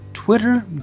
Twitter